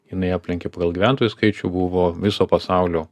jinai aplenkė pagal gyventojų skaičių buvo viso pasaulio